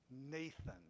Nathan